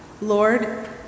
Lord